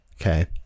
okay